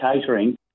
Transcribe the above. catering